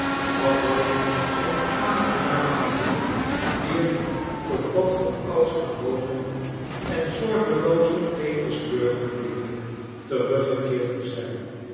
had hij het aangenaam gevoel weer tot dat van ouds gewone en zorgelooze petersburger leven teruggekeerd te zijn